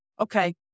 okay